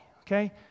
okay